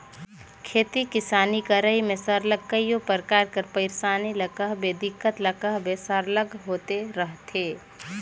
खेती किसानी करई में सरलग कइयो परकार कर पइरसानी ल कहबे दिक्कत ल कहबे सरलग होते रहथे